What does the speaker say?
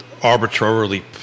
Arbitrarily